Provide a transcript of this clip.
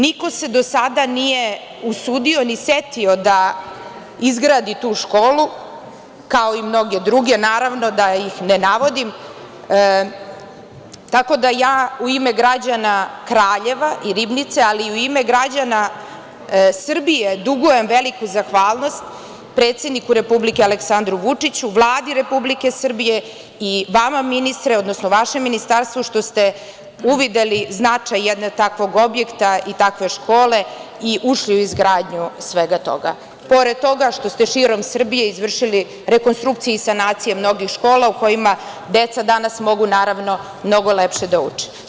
Niko se do sada nije usudio ni setio da izgradi tu školu kao i mnoge druge, naravno da ih ne navodim, tako da ja u ime građana Kraljeva i Ribnice, ali i u ime građana Srbije dugujem veliku zahvalnost predsedniku Republike Aleksandru Vučiću, Vladi Republike Srbije i vama ministre, odnosno vašem ministarstvu što ste uvideli značaj jednog takvog objekta i takve škole i ušli u izgradnju svega toga, pored toga što ste širom Srbije izvršili rekonstrukcije i sanacije mnogih škola u kojima deca danas mogu naravno mnogo lepše da uče.